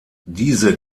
diese